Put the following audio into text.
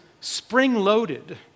spring-loaded